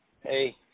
hey